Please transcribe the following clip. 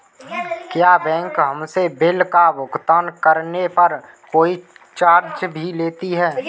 क्या बैंक हमसे बिल का भुगतान करने पर कोई चार्ज भी लेता है?